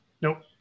Nope